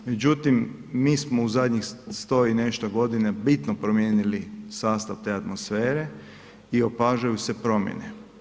Međutim, mi smo u zadnjih 100 i nešto godina promijenili sastav te atmosfere i opažaju se promjene.